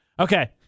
Okay